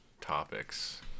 topics